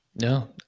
No